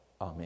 Amen